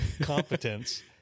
competence